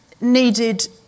needed